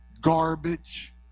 garbage